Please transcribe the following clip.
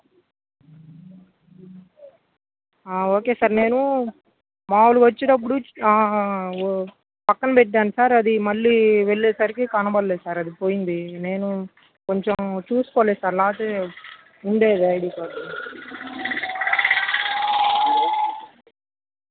okay sir నేను మామూలుగా వచ్చేటప్పుడు పక్కన పెట్టాను సార్ అది మళ్ళీ వెళ్ళేసరికి కనపడలేదు సార్ అది పోయింది నేను కొంచెం చూసుకోలేదు సార్ లేతే ఉండేదే ఐడి కార్డు